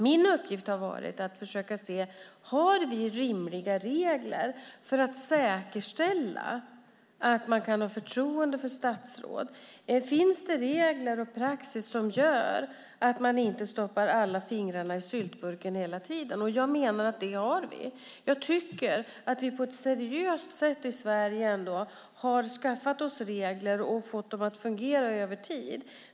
Min uppgift har varit att försöka se om vi har rimliga regler för att säkerställa att man kan ha förtroende för statsråd. Finns det regler och praxis som gör att man inte stoppar alla fingrar i syltburken hela tiden? Jag menar att vi har det. Jag tycker att vi i Sverige på ett seriöst sätt har skaffat oss regler och fått dem att fungera över tid.